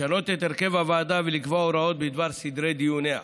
לשנות את הרכב הוועדה ולקבוע הוראות בדבר סדרי דיוניה.